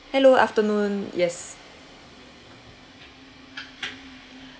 hello afternoon yes